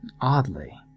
Oddly